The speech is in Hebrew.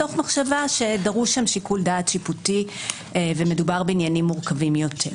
מתוך מחשבה שדרוש שם שיקול דעת שיפוטי כי מדובר בעניינים מורכבים יותר.